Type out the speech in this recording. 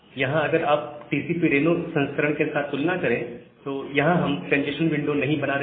यहां अगर आप टीसीपी रेनो संस्करण के साथ तुलना करें तो यहां हम कंजेस्शन विंडो बना नहीं रहे हैं